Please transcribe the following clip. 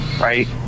Right